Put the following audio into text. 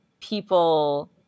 people